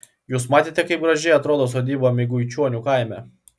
jūs matėte kaip gražiai atrodo sodyba miguičionių kaime